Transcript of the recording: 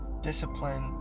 discipline